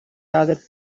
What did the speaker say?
other